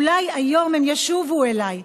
אולי היום הם ישובו אליי,